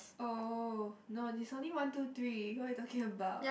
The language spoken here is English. oh no it's only one two three what you talking about